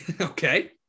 Okay